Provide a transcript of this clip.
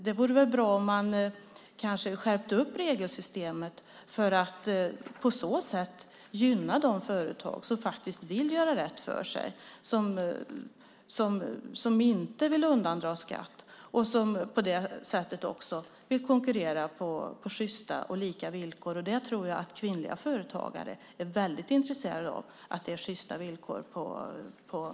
Det vore kanske bra att man skärpte regelsystemet för att på så sätt gynna de företag som vill göra rätt för sig, inte vill undandra skatt och på det sättet konkurrera på sjysta och lika villkor. Jag tror att kvinnliga företagare är väldigt intresserade av att det är sjysta villkor på marknaden.